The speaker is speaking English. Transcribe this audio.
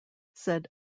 said